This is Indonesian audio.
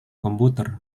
komputer